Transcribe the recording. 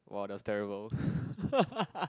!wow! that's terrible